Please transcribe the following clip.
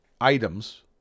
items